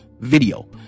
Video